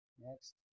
Next